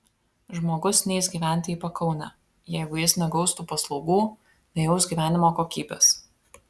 žmogus neis gyventi į pakaunę jeigu jis negaus tų paslaugų nejaus gyvenimo kokybės